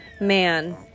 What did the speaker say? man